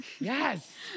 Yes